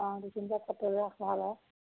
অঁ দক্ষিণপাট সত্ৰত ৰাস ভাল হয়